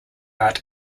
art